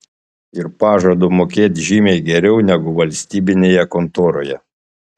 ir pažadu mokėt žymiai geriau negu valstybinėje kontoroje